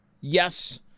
Yes